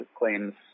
claims